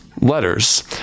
letters